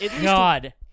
god